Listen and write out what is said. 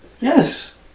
Yes